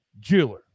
Jeweler